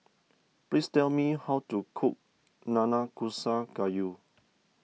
please tell me how to cook Nanakusa Gayu